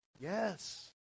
Yes